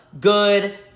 good